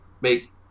make